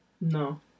No